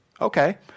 Okay